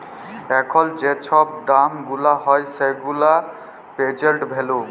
এখল যে ছব দাম গুলা হ্যয় সেগুলা পের্জেল্ট ভ্যালু